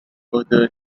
other